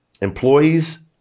employees